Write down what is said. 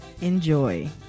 Enjoy